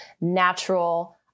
natural